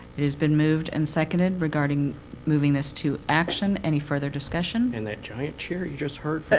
it has been moved and seconded. regarding moving this to action, any further discussion? in that giant chair you just heard but